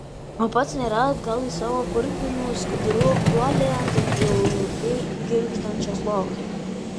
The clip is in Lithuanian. o pats nėrė atgal į savo purvinų skudurų guolį ant bjauriai girgždančios lovos